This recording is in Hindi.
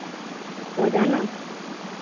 रोज़ाना